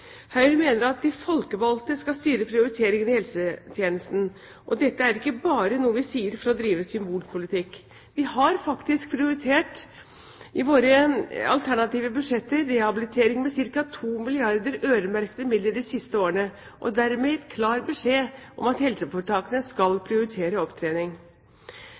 Høyre mener at de folkevalgte skal styre prioriteringene i helsetjenesten, og dette er ikke bare noe vi sier for å drive symbolpolitikk. Vi har faktisk prioritert rehabilitering med ca. to milliarder øremerkede kr i våre alternative budsjetter de siste årene, og dermed gitt klar beskjed om at helseforetakene skal prioritere opptrening.